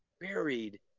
buried